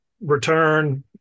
return